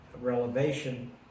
revelation